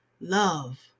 love